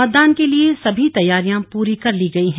मतदान के लिए सभी तैयारियां पूरी कर ली गई हैं